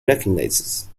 recognizes